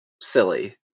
silly